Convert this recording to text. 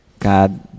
God